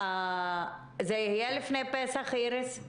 זה יהיה לפני פסח, איריס?